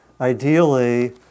ideally